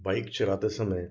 bike चलाते समय